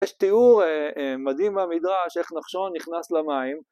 ‫יש תיאור מדהים במדרש ‫איך נחשון נכנס למים.